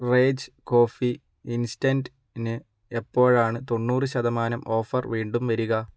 rage Coffee ഇൻസ്റ്റൻ്റിന് എപ്പോഴാണ് തൊണ്ണൂറ് ശതമാനം ഓഫർ വീണ്ടും വരിക